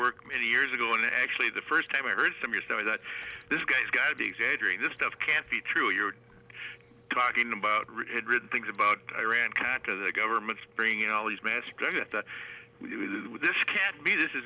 work many years ago and actually the first time i heard some years now that this guy's got to be exaggerating this stuff can't be true you're talking about written things about iran caca the governments bringing all these masks that this can't be this is